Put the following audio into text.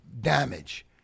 damage